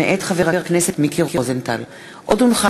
מיקי רוזנטל ואורי מקלב,